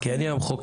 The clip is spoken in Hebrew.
כי אני המחוקק.